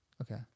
Okay